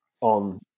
on